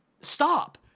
stop